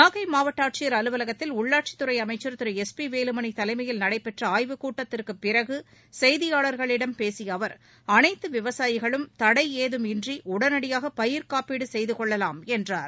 நாகை மாவட்ட ஆட்சியர் அலுவலகத்தில் உள்ளாட்சித்துறை அமைச்சர் திரு எஸ் பி வேலுமணி தலைமையில் நடைபெற்ற ஆய்வுக் கூட்டத்திற்குப் பிறகு செய்தியாளர்களிடம் பேசிய அவர் அனைத்து விவசாயிகளும் தடை ஏதும் இன்றி உடனடியாக பயிர்க்காப்பீடு செய்து கொள்ளலாம் என்றார்